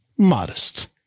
Modest